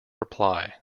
reply